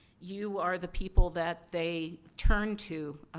you are the people that they turn to,